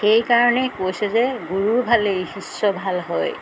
সেইকাৰণেই কৈছে যে গুৰু ভালেই শিষ্য ভাল হয়